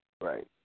Right